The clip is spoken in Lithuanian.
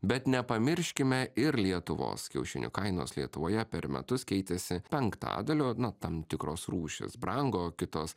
bet nepamirškime ir lietuvos kiaušinių kainos lietuvoje per metus keitėsi penktadaliu na tam tikros rūšys brango kitos